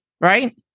right